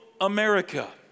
America